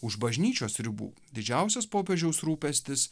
už bažnyčios ribų didžiausias popiežiaus rūpestis